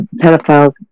Pedophiles